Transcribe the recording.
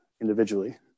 individually